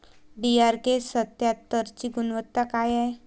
DRK सत्यात्तरची गुनवत्ता काय हाय?